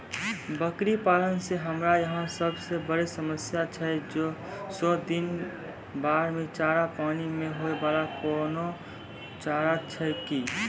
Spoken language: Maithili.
बकरी पालन मे हमरा यहाँ सब से बड़ो समस्या छै सौ दिन बाढ़ मे चारा, पानी मे होय वाला कोनो चारा छै कि?